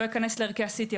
לא אכנס לערכי ה-CT.